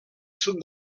sud